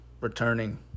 returning